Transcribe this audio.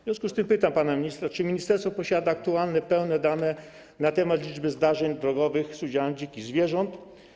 W związku z tym pytam pana ministra: Czy ministerstwo posiada aktualne pełne dane na temat liczby zdarzeń drogowych z udziałem dzikich zwierząt?